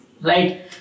right